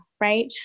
right